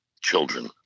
children